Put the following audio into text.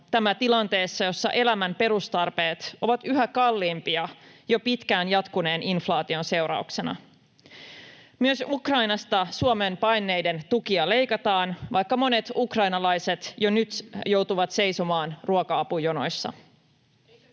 tämä tilanteessa, jossa elämän perustarpeet ovat yhä kalliimpia jo pitkään jatkuneen inflaation seurauksena. Myös Ukrainasta Suomeen paenneiden tukia leikataan, vaikka monet ukrainalaiset jo nyt joutuvat seisomaan ruoka-apujonoissa.